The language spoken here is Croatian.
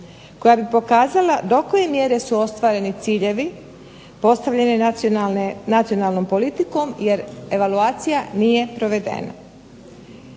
koja bi pokazala do koje mjere su ostvareni ciljevi postavljeni nacionalnom politikom jer evaluacija nije provedena.